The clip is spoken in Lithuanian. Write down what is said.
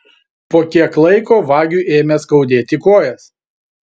po kiek laiko vagiui ėmė skaudėti kojas